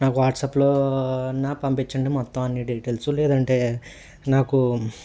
నాకు వాట్సాప్లో నాకు పంపించండి మొత్తం అన్ని డీటెయిల్స్ లేదంటే నాకు